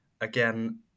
again